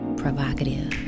provocative